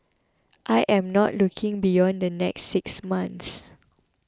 I am not looking beyond the next six months